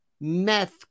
meth